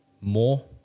more